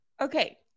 Okay